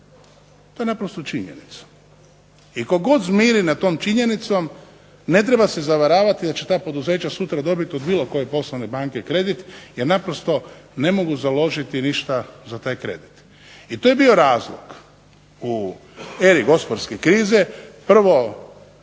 To je naprosto činjenica, i tko god žmiri nad tom činjenicom ne treba se zavaravati da će ta poduzeća dobiti sutra od bilo koje poslovne banke kredit jer naprosto ne mogu založiti ništa za taj kredit. I to je bio razlog u eri gospodarske krize. Prvo,